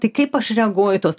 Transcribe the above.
tai kaip aš reaguoju į tuos